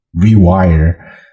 rewire